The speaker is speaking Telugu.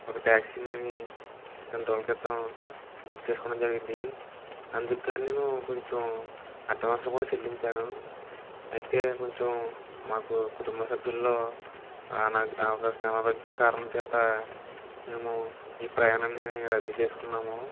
ఒక ట్యాక్సీని రెండు రోజుల క్రితం బుక్ చేసుకోడం జరిగింది అందుకుగానీ నేను కొంచం అడ్వాన్సులు కూడా చెల్లించాను అయితే కొంచం మాకు కుటుంబ సభ్యుల్లో నా ఒకరికి అనారోగ్యం కారణం చేత మేము ఈ ప్రయాణాన్ని రద్దు చేసుకున్నాము